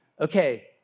okay